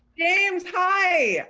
james, hi,